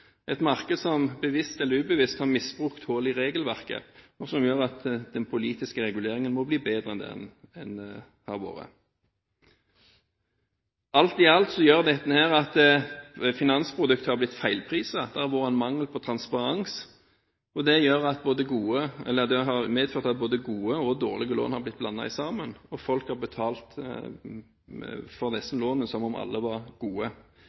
et marked som har kommet skjevt ut, et marked som bevisst eller ubevisst har misbrukt hull i regelverket, og som gjør at den politiske reguleringen må bli bedre enn den har vært. Alt i alt gjør dette at finansprodukter er blitt feilpriset. Det har vært en mangel på transparens. Det har medført at gode og dårlige lån er blitt blandet sammen, og folk har betalt for disse lånene som om alle var gode.